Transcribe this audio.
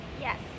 Yes